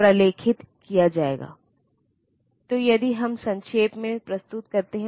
इसलिए यदि हम पिछले उदाहरण पर वापस जाते हैं